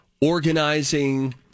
organizing